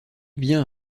bien